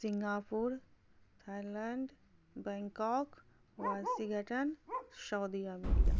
Singapore Thailand Bangkok Washington Saudi Arabia